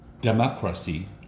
democracy